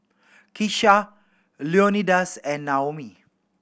Kisha Leonidas and Naomi